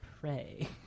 pray